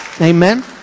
Amen